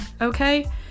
okay